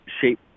shape